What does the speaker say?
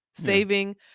Saving